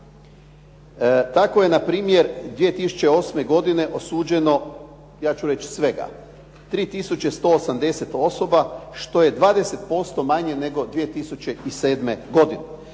Tako je na primjer 2008. godine osuđeno ja ću reći svega 3 tisuće 180 osoba što je 20% manje nego 2007. godine,